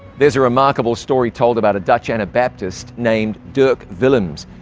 there's a remarkable story told about a dutch anabaptist named dirk willems,